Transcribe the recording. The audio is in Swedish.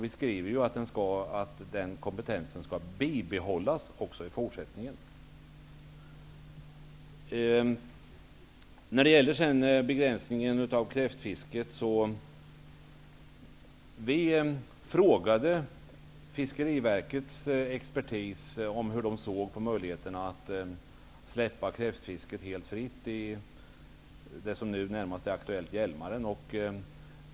Vi skriver att kompetensen skall bibehållas även i fortsättningen. Sedan till begränsningen av kräftfisket. Vi frågade Fiskeriverkets expertis om hur de såg på möjligheterna att släppa kräftfisket helt fritt i Hjälmaren, som nu närmast är aktuell.